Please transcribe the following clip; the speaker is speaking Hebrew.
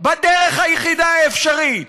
בדרך היחידה האפשרית: